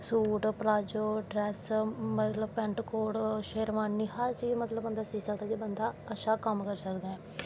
suit palazzo dress मतलव pant coat sherwani हर चीज़ मतलव बंदा सी सकदा बंदा अच्छा कम्म करी सकदा ऐ